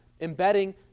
embedding